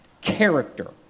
character